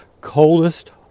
coldest